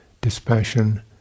dispassion